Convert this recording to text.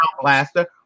Blaster